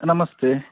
ನಮಸ್ತೆ